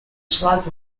slug